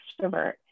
extrovert